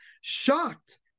shocked